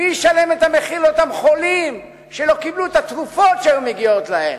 מי ישלם את המחיר על אותם חולים שלא קיבלו את התרופות שהגיעו להם?